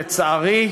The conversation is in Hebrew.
לצערי,